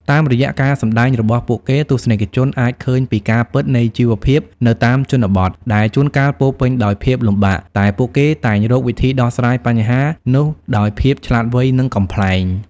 តាមរយៈការសម្ដែងរបស់ពួកគេ ទស្សនិកជនអាចឃើញពីការពិតនៃជីវភាពនៅតាមជនបទ ដែលជួនកាលពោរពេញដោយភាពលំបាក តែពួកគេតែងរកវិធីដោះស្រាយបញ្ហានោះដោយភាពឆ្លាតវៃ និងកំប្លែង។